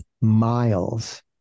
miles